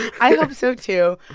i hope so too.